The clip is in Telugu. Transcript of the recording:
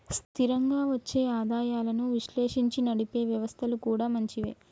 స్థిరంగా వచ్చే ఆదాయాలను విశ్లేషించి నడిపే వ్యవస్థలు కూడా మంచివే